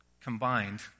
combined